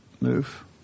move